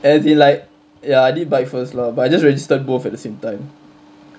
as in like ya I did bike first lah but I just registered both at the same time